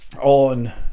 on